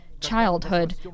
childhood